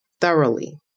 thoroughly